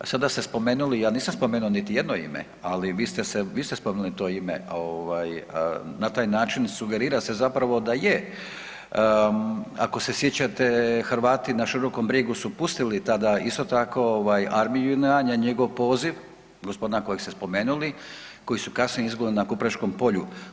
Sada ste spomenuli, ja nisam spomenuo niti jedno ime, ali vi ste se, vi ste spomenuli to ime, ovaj na taj način sugerira se zapravo da je, ako se sjećate Hrvati na Širokom Brijegu su pustili tada isto tako ovaj armiju JNA na njegov poziv, gospodina kojeg ste spomenuli, koji su kasnije izginuli na Kupreškom polju.